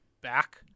back